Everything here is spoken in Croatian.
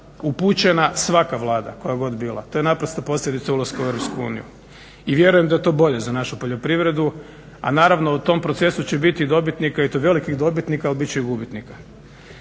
upućena svaka Vlada koja god bila. To je naprosto posljedica ulaska u EU i vjerujem da je to bolje za našu poljoprivredu. A naravno u tom procesu će biti i dobitnika, i to velikih dobitnika, ali bit će i gubitnika.